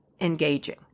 engaging